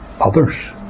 others